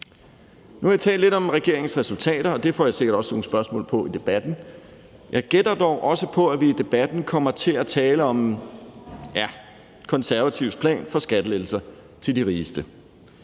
Nu har jeg talt lidt om regeringens resultater, og det får jeg sikkert også spørgsmål om i debatten. Jeg gætter dog også på, at vi i debatten kommer til at tale om Konservatives plan for skattelettelser til de rigeste,